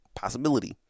possibility